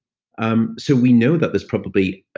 um so we know that there's probably.